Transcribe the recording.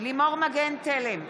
לימור מגן תלם,